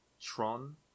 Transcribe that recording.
tron